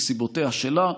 מסיבותיה שלה,